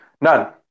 None